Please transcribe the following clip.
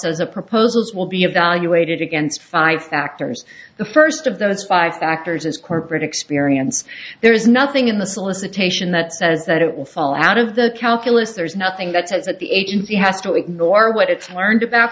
the proposals will be evaluated against five factors the first of those five factors is corporate experience there is nothing in the solicitation that says that it will fall out of the calculus there's nothing that says that the agency has to ignore what it's turned about